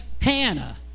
Hannah